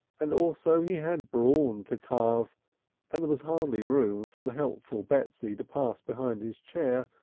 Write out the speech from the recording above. and also he had brawn to carve and there was hardly room for the helpful betsy to pass behind his chair,